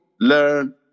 learn